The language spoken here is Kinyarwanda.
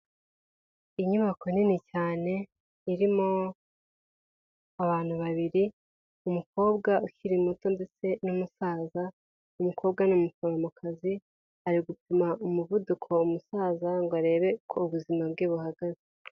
Inyubako nini cyane, irimo abantu babiri, umukobwa ukiri muto ndetse n'umusaza, umukobwa ni umuforomokazi, ari gupima umuvuduko uwo umusaza ngo arebe uko ubuzima bwe buhagaze.